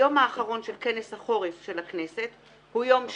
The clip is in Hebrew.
היום האחרון של כנס החורף של הכנסת הוא יום שלישי,